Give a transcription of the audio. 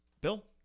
Bill